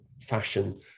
fashion